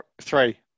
Three